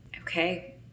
okay